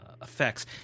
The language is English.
Effects